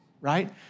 right